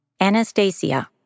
Anastasia